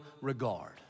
regard